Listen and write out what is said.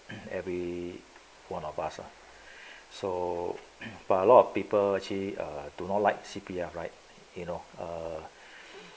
every one of us ah so but a lot of people actually do not like C_P_F right you know err